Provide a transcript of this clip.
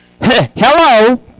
Hello